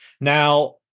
Now